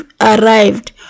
arrived